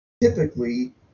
typically